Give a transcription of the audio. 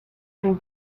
and